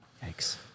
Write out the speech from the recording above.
thanks